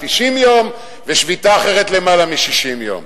90 יום ושביתה אחרת יותר מ-60 יום,